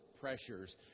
pressures